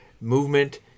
movement